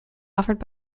offered